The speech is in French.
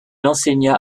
enseigna